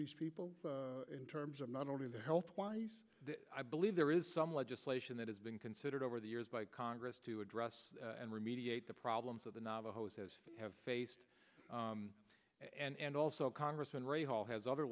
these people in terms of not only the health wise i believe there is some legislation that has been considered over the years by congress to address and remediate the problems of the navajos has have faced and also congressman ray hall has other